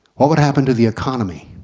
what would happen to the economy?